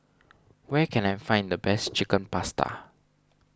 where can I find the best Chicken Pasta